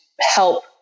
help